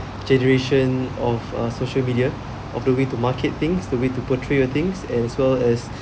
generation of uh social media of the way to market things the way to portray your things as well as